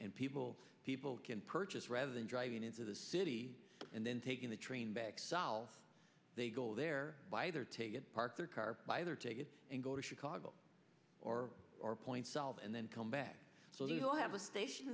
and people people can purchase rather than driving into the city and then taking the train back they go there buy their ticket park their car buy their tickets and go to chicago or points solve and then come back so they will have a station